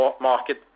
market